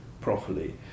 properly